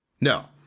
No